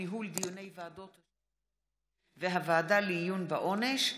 בתמוז התש"ף, 30 ביוני 2020. הודעה למזכירת הכנסת.